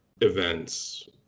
events